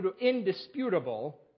indisputable